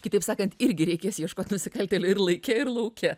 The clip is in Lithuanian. kitaip sakant irgi reikės ieškot nusikaltėlių ir laike ir lauke